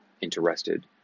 interested